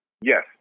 Yes